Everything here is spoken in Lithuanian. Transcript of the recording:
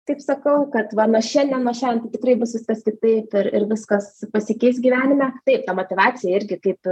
taip sakau kad va nuo šiandien nuo šiandien tai tikrai bus viskas kitaip ir ir viskas pasikeis gyvenime taip ta motyvacija irgi kaip